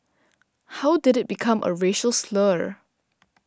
how did it become a racial slur